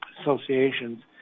associations